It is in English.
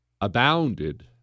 abounded